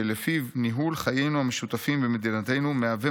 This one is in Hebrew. שלפיו ניהול חיינו המשותפים במדינתנו מהווה